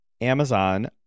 Amazon